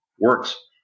works